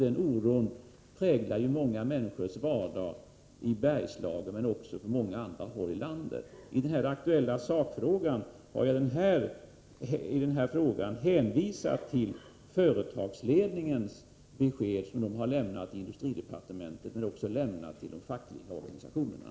Den oron präglar många människors vardag i Bergslagen — men också på många andra håll i landet. I den aktuella frågan har jag hänvisat till det besked som företagsledningen lämnat till industridepartementet men också till de fackliga organisationerna.